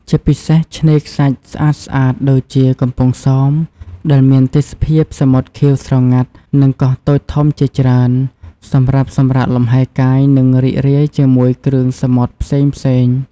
ជាពិសេសឆ្នេរខ្សាច់ស្អាតៗ ដូចជា កំពង់សោម ដែលមានទេសភាពសមុទ្រខៀវស្រងាត់ និងកោះតូចធំជាច្រើន សម្រាប់សម្រាកលំហែកាយ និងរីករាយជាមួយ គ្រឿងសមុទ្រផ្សេងៗ។